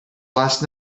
last